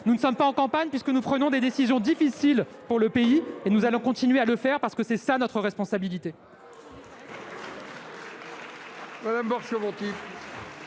Nous ne sommes pas en campagne puisque nous prenons des décisions difficiles pour le pays. Et nous allons continuer à le faire, parce que c'est là notre responsabilité